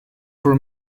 for